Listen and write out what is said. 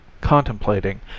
contemplating